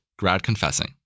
gradconfessing